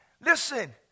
Listen